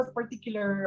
particular